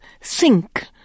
sink